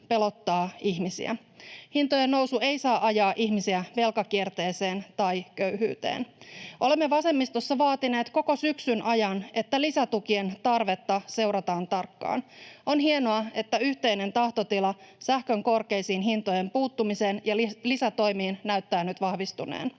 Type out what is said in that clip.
pelottaa ihmisiä. Hintojen nousu ei saa ajaa ihmisiä velkakierteeseen tai köyhyyteen. Olemme vasemmistossa vaatineet koko syksyn ajan, että lisätukien tarvetta seurataan tarkkaan. On hienoa, että yhteinen tahtotila sähkön korkeisiin hintojen puuttumiseen ja lisätoimiin näyttää nyt vahvistuneen.